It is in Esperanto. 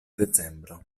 decembro